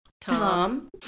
Tom